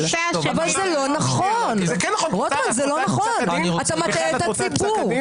106 חברי כנסת חתומים על שלילת אזרחות ממחבלים